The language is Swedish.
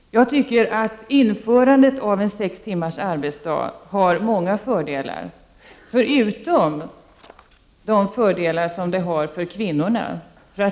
Införandet av en sex timmars arbetsdag har många fördelar förutom fördelarna för kvinnorna.